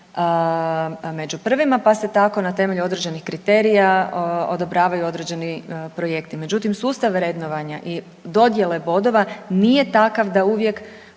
među prvima, pa se tako na temelju određenih kriterija odobravaju određeni projekti. Međutim, sustav vrednovanja i dodjele bodova nije takav da uvijek